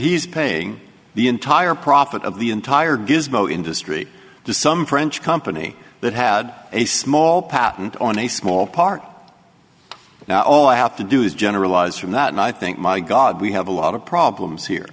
he's paying the entire profit of the entire gizmo industry to some french company that had a small patent on a small part now all i have to do is generalize from that and i think my god we have a lot of problems here